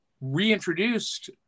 reintroduced